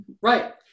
Right